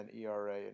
ERA